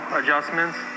adjustments